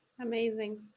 Amazing